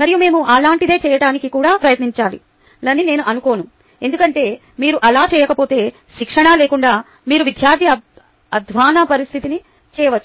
మరియు మేము అలాంటిదే చేయటానికి కూడా ప్రయత్నించాలని నేను అనుకోను ఎందుకంటే మీరు అలా చేయకపోతే శిక్షణ లేకుండా మీరు విద్యార్థికి అధ్వాన్న పరిస్థితిని చేయవచ్చు